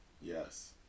Yes